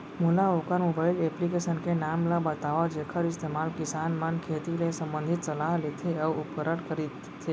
मोला वोकर mobile application के नाम ल बतावव जेखर इस्तेमाल किसान मन खेती ले संबंधित सलाह लेथे अऊ उपकरण खरीदथे?